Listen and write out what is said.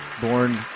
born